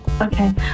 Okay